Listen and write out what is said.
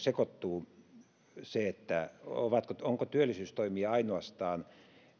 sekoittuu se ovatko ovatko työllisyystoimia ainoastaan